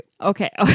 Okay